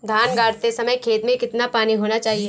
धान गाड़ते समय खेत में कितना पानी होना चाहिए?